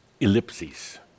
ellipses